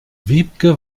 wiebke